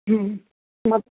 ಹ್ಞೂ ಮತ್ತೆ